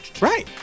right